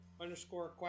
underscore